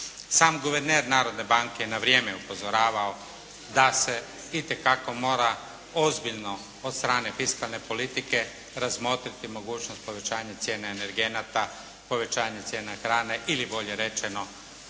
Sam guverner Narodne banke je na vrijeme upozoravao da se itekako mora ozbiljno od strane fiskalne politike razmotriti mogućnost povećanja cijene energenata, povećanja cijene hrane ili bolje rečeno